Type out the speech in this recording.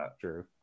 true